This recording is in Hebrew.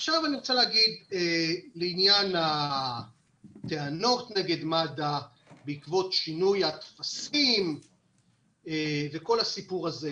בעניין הטענות נגד מד"א בעקבות הטפסים וכל הסיפור הזה.